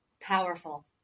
powerful